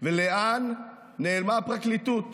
ולאן נעלמה הפרקליטות.